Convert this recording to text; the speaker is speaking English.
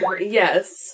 Yes